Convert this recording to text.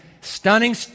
Stunning